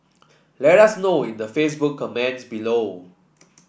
let us know in the Facebook comments below